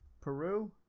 Peru